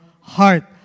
heart